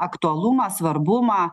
aktualumą svarbumą